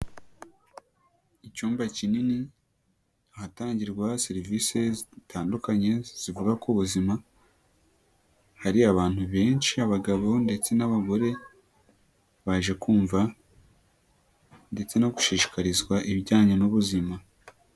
Icyumba kinini ahatangirwa serivisi zitandukanye zivuga ku buzima, hari abantu benshi abagabo ndetse n'abagore baje kumva ndetse no gushishikarizwa ibijyanye n'ubuzima.